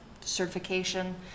certification